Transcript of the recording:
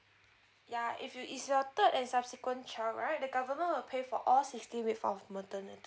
ya if you is your third and subsequent child right the government will pay for all sixteen weeks of maternity